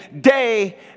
day